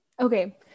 Okay